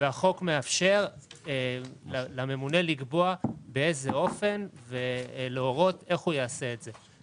והחוק מאפשר לממונה לקבוע באיזה אופן ולהורות איך הוא יעשה את זה.